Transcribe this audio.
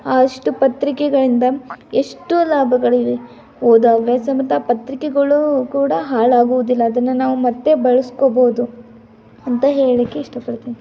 ಅಷ್ಟು ಪತ್ರಿಕೆಗಳಿಂದ ಎಷ್ಟು ಲಾಭಗಳಿವೆ ಓದೋ ಹವ್ಯಾಸ ಮತ್ತು ಆ ಪತ್ರಿಕೆಗಳು ಕೂಡ ಹಾಳಾಗುವುದಿಲ್ಲ ಅದನ್ನು ನಾವು ಮತ್ತೆ ಬಳಸ್ಕೊಬೋದು ಅಂತ ಹೇಳ್ಲಿಕ್ಕೆ ಇಷ್ಟಪಡ್ತೀನಿ